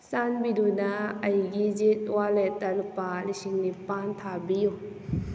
ꯆꯥꯟꯕꯤꯗꯨꯅ ꯑꯩꯒꯤ ꯖꯤꯠ ꯋꯥꯂꯦꯠꯇ ꯂꯨꯄꯥ ꯂꯤꯁꯤꯡ ꯅꯤꯄꯥꯜ ꯊꯥꯕꯤꯌꯨ